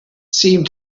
seemed